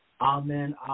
Amen